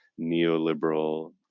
neoliberal